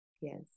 Yes